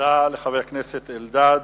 תודה לחבר הכנסת אלדד.